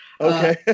Okay